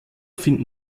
finden